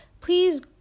please